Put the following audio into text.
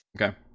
Okay